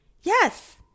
Yes